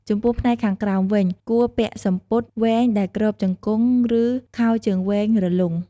ចំពោះផ្នែកខាងក្រោមវិញ គួរពាក់សំពត់វែងដែលគ្របជង្គង់ ឬខោជើងវែងរលុង។